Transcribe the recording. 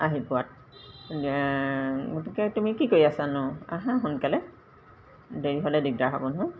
আহি পোৱাত গতিকে তুমি কি কৰি আছানো আহা সোনকালে দেৰি হ'লে দিগদাৰ হ'ব নহয়